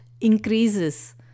increases